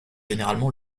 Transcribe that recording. généralement